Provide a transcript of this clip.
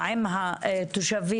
יש התנגדות